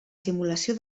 simulació